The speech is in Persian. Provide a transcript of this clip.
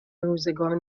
روزگار